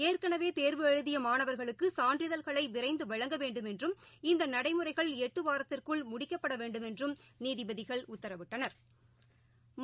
ஏற்கனவேதே்வு எழுதியமாணவர்களுக்குசான்றிதழ்களைவிரைந்துவழங்க வேண்டுமென்றும் இந்தநடைமுறைகள் எட்டுவாரத்திற்குள் முடிக்கப்படவேண்டுமென்றும் நீதிபதிகள் உத்தரவிட்டனா்